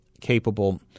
capable